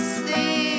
see